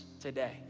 today